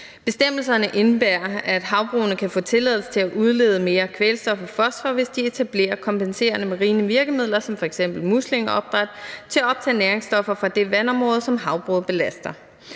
Bestemmelserne indebærer, at havbrugene kan få tilladelse til at udlede mere kvælstof og fosfor, hvis de etablerer kompenserende marine virkemidler som f.eks. muslingeopdræt til at optage næringsstoffer fra det vandområde, som havbruget belaster.